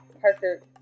Parker